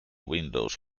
windows